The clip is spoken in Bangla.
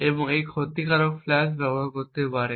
এবং এই ক্ষতিকারক ফ্ল্যাশ ব্যবহার করতে পারে